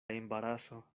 embaraso